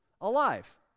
alive